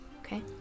Okay